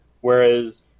Whereas